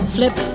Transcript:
Flip